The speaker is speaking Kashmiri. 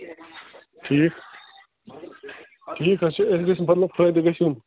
ٹھیٖک ٹھیٖک حظ چھُ اَسہِ گَژھِ مطلب فٲیدٕ گَژھِ یُن